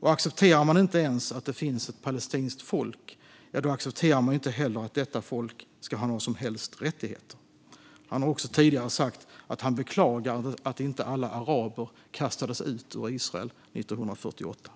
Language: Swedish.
Och accepterar man inte ens att det finns ett palestinskt folk, då accepterar man ju inte heller att detta folk ska ha några som helst rättigheter. Han har också tidigare sagt att han beklagar att inte alla araber kastades ut ur Israel 1948.